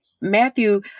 Matthew